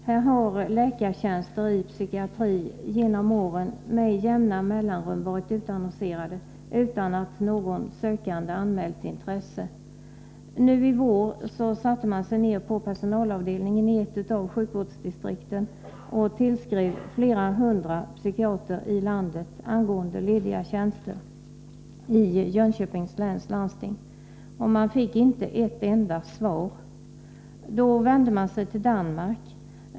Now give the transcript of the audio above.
Här har läkartjänster i psykiatri genom åren med jämna mellanrum varit utannonserade utan att någon sökande anmält intresse. Nu i vår satte man sig ned på personalavdelningen i ett av sjukvårdsdistrikten och tillskrev flera hundra psykiatrer i landet angående lediga tjänster i Jönköpings läns landsting. Man fick inte ett enda svar. Då vände man sig till Danmark.